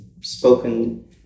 spoken